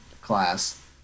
class